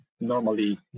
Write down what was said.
normally